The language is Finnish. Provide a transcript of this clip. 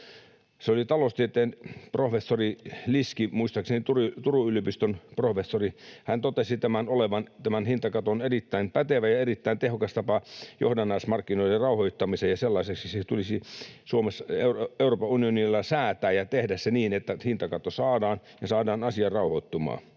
Taloustieteen professori Liski, muistaakseni Turun yliopiston professori, totesi tämän hintakaton olevan erittäin pätevä ja erittäin tehokas tapa johdannaismarkkinoiden rauhoittamiseen, ja sellaiseksi se tulisi Euroopan unionissa säätää ja tehdä se niin, että hintakatto saadaan ja saadaan asia rauhoittumaan.